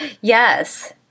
Yes